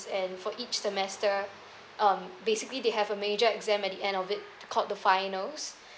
and for each semester um basically they have a major exam at the end of it called the finals